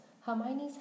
Hermione's